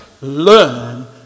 learn